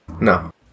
No